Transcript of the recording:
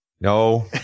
No